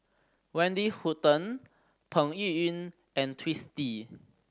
Wendy Hutton Peng Yuyun and Twisstii